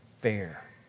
fair